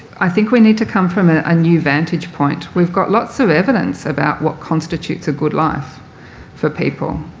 i think we need to come from ah a new vantage point. we've got lots of evidence about what constitutes a good life for people,